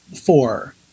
four